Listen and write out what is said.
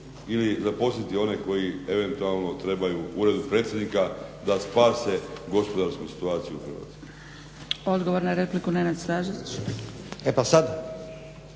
Ili zaposliti oni koji eventualno trebaju u Uredu predsjednika da spase gospodarsku situaciju u Hrvatskoj. **Zgrebec, Dragica